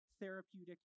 therapeutic